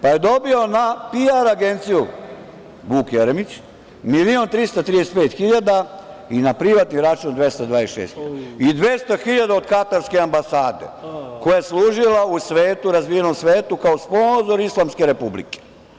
Pa, je dobio PR agenciju, Vuk Jeremić miliona 335 hiljada i na privatni račun 226 i 200 hiljada od Katarske ambasade koja je služila u svetu razvijenom kao sponzor Islamske republike.